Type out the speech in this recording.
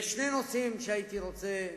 יש שני נושאים שהייתי רוצה,